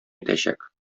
итәчәк